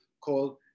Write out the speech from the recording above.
called